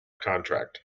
contract